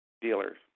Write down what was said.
dealers